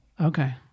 Okay